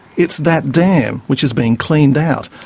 it's that dam, which has been cleaned out,